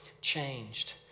changed